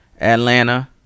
Atlanta